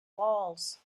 walls